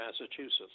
Massachusetts